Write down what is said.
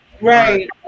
Right